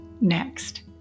next